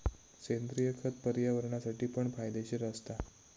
सेंद्रिय खत पर्यावरणासाठी पण फायदेशीर असता